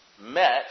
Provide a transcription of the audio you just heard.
met